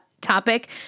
topic